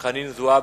חנין זועבי,